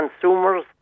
consumers